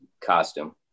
costume